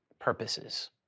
purposes